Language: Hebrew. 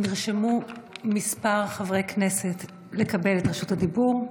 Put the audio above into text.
נרשמו כמה חברי כנסת לקבל את רשות הדיבור.